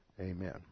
Amen